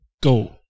go